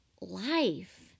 life